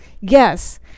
Yes